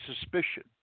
suspicion